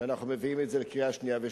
שאנחנו מביאים את זה לקריאה שנייה ושלישית,